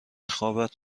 خوابت